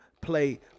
play